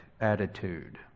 attitude